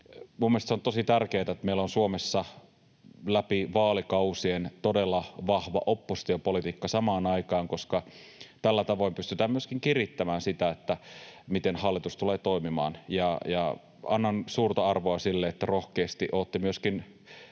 mielestäni se on tosi tärkeätä, että meillä on Suomessa läpi vaalikausien todella vahva oppositiopolitiikka samaan aikaan, koska tällä tavoin pystytään myöskin kirittämään sitä, miten hallitus tulee toimimaan, ja annan suurta arvoa sille, että rohkeasti olette myöskin